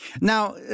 Now